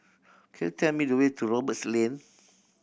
could you tell me the way to Roberts Lane